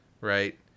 right